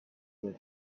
that